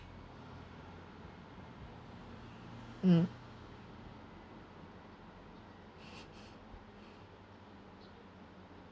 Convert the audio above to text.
mm